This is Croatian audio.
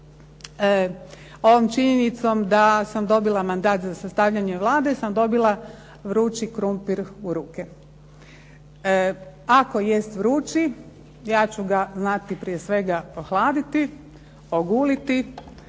ovom činjenicom da sam dobila mandat za sastavljanje Vlade, sam dobila vrući krumpir u ruke. Ako jest vruće, ja ću ga znati prije svega ohladiti, oguliti.